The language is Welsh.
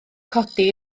codi